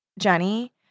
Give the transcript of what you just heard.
Jenny